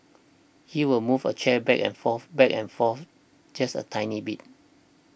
he will move a chair back and forth back and forth just a tiny bit